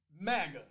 MAGA